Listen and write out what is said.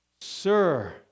Sir